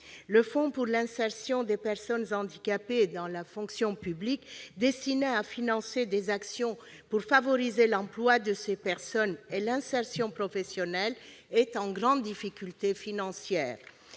Le fonds pour l'insertion des personnes handicapées dans la fonction publique, destiné à financer des actions pour favoriser l'emploi de ces personnes et leur insertion professionnelle, est en grande difficulté financière